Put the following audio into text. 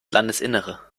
landesinnere